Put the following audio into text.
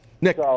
Nick